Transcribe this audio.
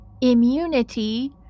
immunity